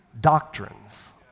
doctrines